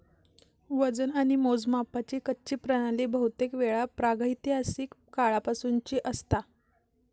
वजन आणि मोजमापाची कच्ची प्रणाली बहुतेकवेळा प्रागैतिहासिक काळापासूनची असता